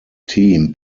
team